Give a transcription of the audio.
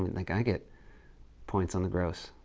like i get points on the gross.